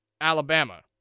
Alabama